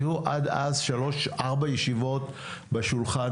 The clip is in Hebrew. יהיו עד אז שלוש-ארבע ישיבות בשולחן